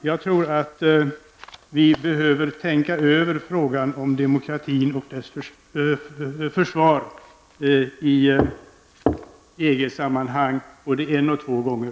Jag tror att vi behöver tänka över frågan om demokratin och dess försvar i EG sammanhang både en och två gånger.